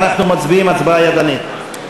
אנחנו מצביעים הצבעה ידנית.